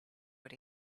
what